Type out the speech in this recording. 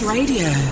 Radio